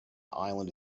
island